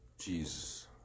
Jesus